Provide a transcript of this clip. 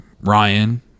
ryan